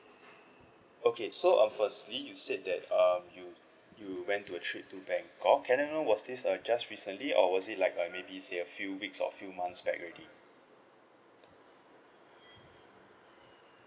okay so uh firstly you said that um you you went to a trip to bangkok can I know was this uh just recently or was it like maybe say a few weeks or few months back already